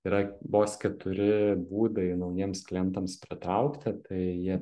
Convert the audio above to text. yra vos keturi būdai naujiems klientams pritraukti tai jie